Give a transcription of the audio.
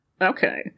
okay